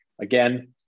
Again